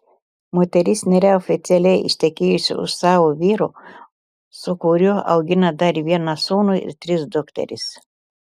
moteris nėra oficialiai ištekėjusi už savo vyro su kuriuo augina dar vieną sūnų ir tris dukteris